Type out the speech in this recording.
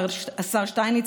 השר שטייניץ,